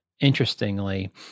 interestingly